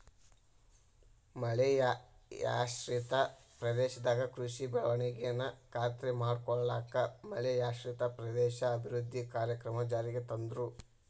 ಮಳೆಯಾಶ್ರಿತ ಪ್ರದೇಶದಾಗ ಕೃಷಿ ಬೆಳವಣಿಗೆನ ಖಾತ್ರಿ ಮಾಡ್ಕೊಳ್ಳಾಕ ಮಳೆಯಾಶ್ರಿತ ಪ್ರದೇಶ ಅಭಿವೃದ್ಧಿ ಕಾರ್ಯಕ್ರಮ ಜಾರಿಗೆ ತಂದ್ರು